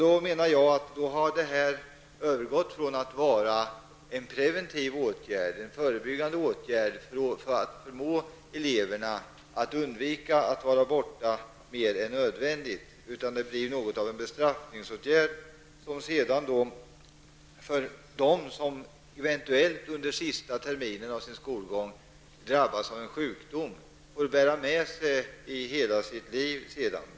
Då menar jag att det här har övergått från att vara en preventiv förebyggande åtgärd för att förmå eleverna att undvika att vara borta mer än nödvändigt till att vara något av en bestraffningsåtgärd, som de som eventuellt under sista terminen av sin skolgång drabbas av en sjukdom får bära med sig hela sitt liv.